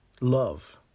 love